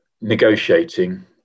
negotiating